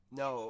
no